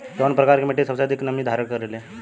कउन प्रकार के मिट्टी सबसे अधिक नमी धारण करे ले?